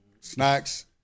snacks